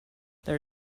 there